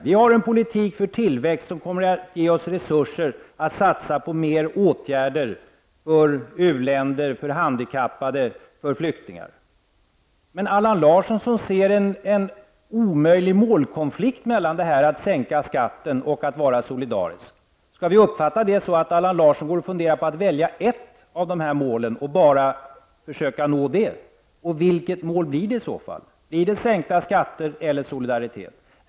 Vi har en politik för tillväxt som kommer att ge oss resurser att satsa på mer åtgärder för u-länder, för flyktingar och för handikappade. Men Allan Larsson ser en omöjlig målkonflikt mellan att sänka skatten och att vara solidarisk. Skall vi uppfatta det så att Allan Larsson går och funderar på att välja ett av dessa mål och bara försöka nå det? Vilket mål blir det i så fall? Blir det sänkta skatter eller solidaritet?